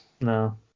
No